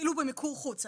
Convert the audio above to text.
אפילו במיקור חוץ?